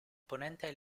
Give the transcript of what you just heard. ponente